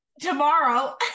tomorrow